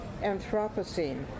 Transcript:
Anthropocene